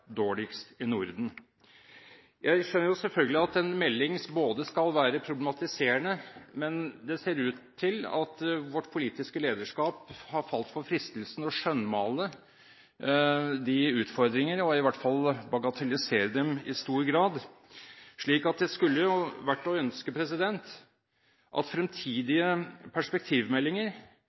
dårligst i Norden. Jeg skjønner selvfølgelig at en melding skal være problematiserende, men det ser ut til at vårt politiske lederskap har falt for fristelsen til å skjønnmale, og i hvert fall i stor grad bagatellisere, utfordringene. Det skulle vært å ønske at fremtidige perspektivmeldinger